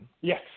Yes